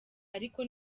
ariko